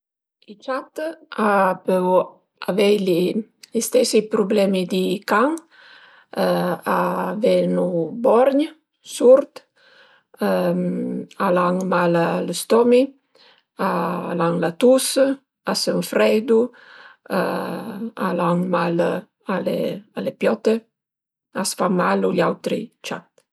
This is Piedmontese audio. I ciat a pölu avei i stesi problemi di can, a venu borgn, surd, al an mal a lë stommi, al an la tus, a s'ënfreidu al an mal a le a le piote, a s'fan mal cun gl'autri ciat